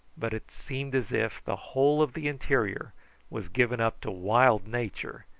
but it seemed as if the whole of the interior was given up to wild nature,